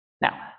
Now